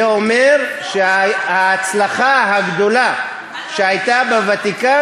זה אומר שההצלחה הגדולה שהייתה בוותיקן,